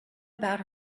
about